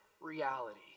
reality